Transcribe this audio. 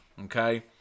Okay